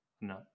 no